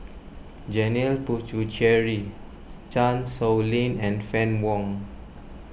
Janil Puthucheary Chan Sow Lin and Fann Wong